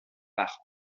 par